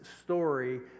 story